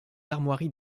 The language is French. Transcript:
armoiries